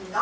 it's